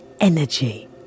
energy